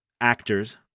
actors